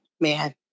Man